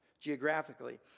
geographically